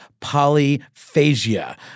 polyphagia